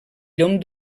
llom